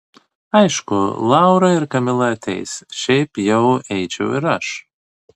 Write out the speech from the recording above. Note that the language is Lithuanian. aišku laura ir kamila ateis šiaip jau eičiau ir aš